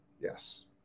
Yes